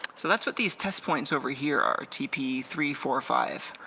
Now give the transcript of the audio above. so that's what these test points over here are, t p three, four, five.